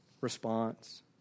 response